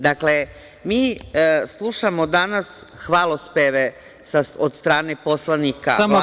Dakle, mi slušamo danas hvalospeve od strane poslanika vlasti…